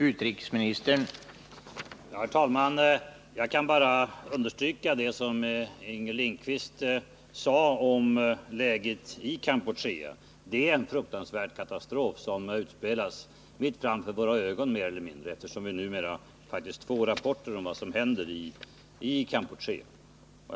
Herr talman! Jag kan bara understryka det som Inger Lindquist sade om läget i Kampuchea. Det är en fruktansvärd katastrof som mer eller mindre mitt framför våra ögon utspelas, eftersom vi nu faktiskt får rapporter om vad som händer i Kampuchea.